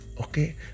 okay